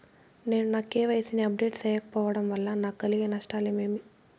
నేను నా కె.వై.సి ని అప్డేట్ సేయకపోవడం వల్ల నాకు కలిగే నష్టాలు ఏమేమీ?